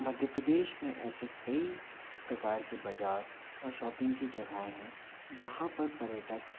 मध्य प्रदेश में ऐसे कई प्रकार के बजार और शॉपिंग की जगहें हैं जहाँ पर पर्यटक